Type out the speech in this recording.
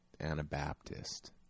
Anabaptist